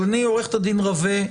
אבל עורכת הדין רווה,